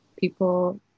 people